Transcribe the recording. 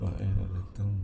but end up later